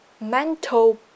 mental